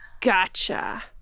Gotcha